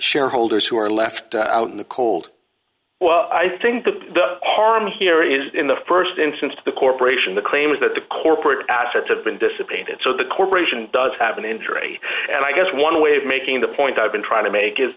shareholders who are left out in the cold i think the the arm here is in the st instance to the corporation the claim is that the corporate assets have been dissipated so the corporation does have an injury and i guess one way of making the point i've been trying to make is